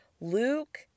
luke